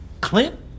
Clint